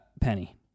Penny